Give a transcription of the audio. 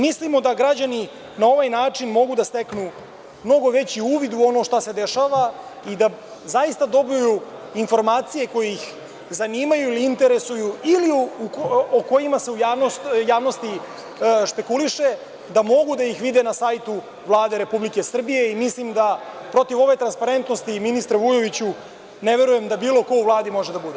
Mislimo da građani na ovaj način mogu da steknu mnogo veći uvid u ono što se dešava i da zaista dobiju informacije koje ih zanimaju ili interesuju ili o kojima se u javnosti špekuliše da mogu da ih vide na sajtu Vlade Republike Srbije i mislim da protiv ove transparentnosti ministre Vujoviću, ne verujem da bilo ko u Vladi može da bude.